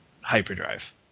hyperdrive